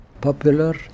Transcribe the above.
Popular